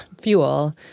fuel